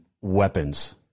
weapons